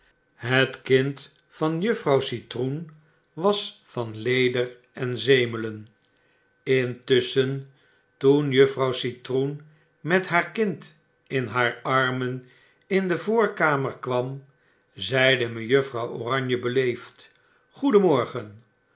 het kind van juffrouw citroen was van leder en zemelen intusschen toen juffrouw citroen met haar kind in haar armen in de voorkamer kwam zeide mejuffrouw oranje beleefd goedenmorgen